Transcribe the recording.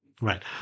Right